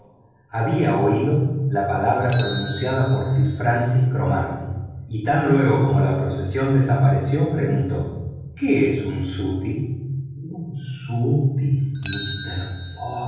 había oído la palabra pronunciada por sir francis cromarty y tan luego como la procesión desapareció preguntó qué es un sutty un sutty mister